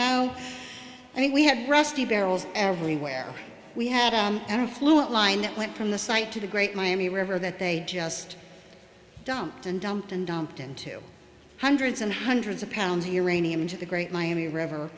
know i mean we have rusty barrels everywhere we had our fluent line that went from the site to the great miami river that they just dumped and dumped and dumped into hundreds and hundreds of pounds a year running into the great miami river